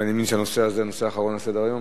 אני מבין שהנושא הזה הוא הנושא האחרון בסדר-היום.